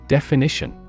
Definition